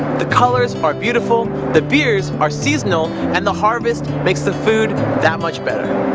the colours are beautiful, the beers are seasonal, and the harvest makes the food that much better.